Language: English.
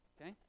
okay